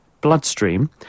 bloodstream